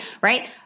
Right